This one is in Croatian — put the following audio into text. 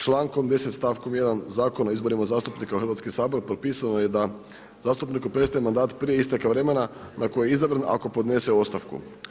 Člankom 10., stavkom 1. Zakona o izborima zastupnika u Hrvatski sabor propisano je da zastupniku prestaje mandat prije isteka vremena na koji je izabran ako podnese ostavku.